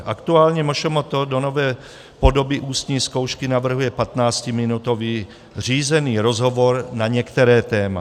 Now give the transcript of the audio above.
Aktuálně MŠMT do nové podoby ústní zkoušky navrhuje 15minutový řízený rozhovor na některé téma.